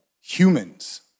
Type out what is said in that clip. humans